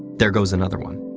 there goes another one.